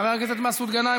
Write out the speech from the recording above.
חבר הכנסת מסעוד גנאים,